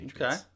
Okay